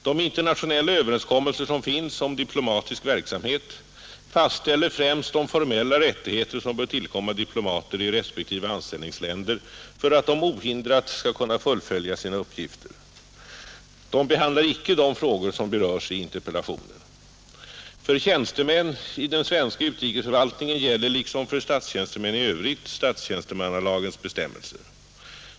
De internationella överenskommelser som finns om diplomatisk verksamhet fastställer främst de formella rättigheter som bör tillkomma diplomater i respektive anställningsländer för att de ohindrat skall kunna fullfölja sina uppgifter. De behandlar icke de frågor som berörs i interpellationen. För tjänstemän i den svenska utrikesförvaltningen gäller liksom för statstjänstemän i övrigt statstjänstemannalagens bestämmelser.